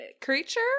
creature